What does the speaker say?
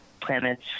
planets